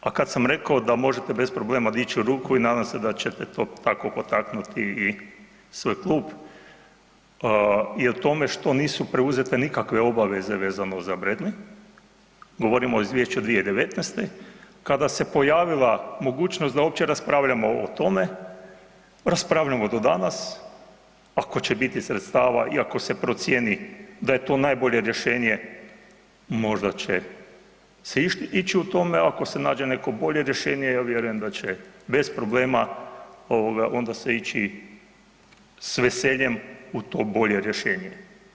A kada sam rekao da možete bez problema dići ruku i nadam se da ćete to tako potaknuti i svoj klub i o tome što nisu preuzete nikakve obaveze vezano za Bradley, govorimo o izvješću od 2019., kada se pojavila mogućnost da uopće raspravljamo o tome, raspravljamo do danas, ako će biti sredstava i ako se procijeni da je to najbolje rješenje, možda će se ići u tome, ako se nađe neko bolje rješenje, ja vjerujem da će bez problema onda se ići s veseljem u to bolje rješenje.